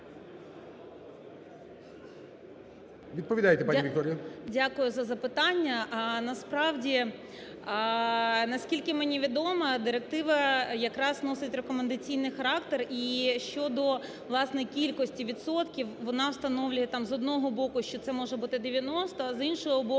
Відповідайте, пані Вікторія.